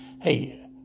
Hey